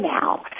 now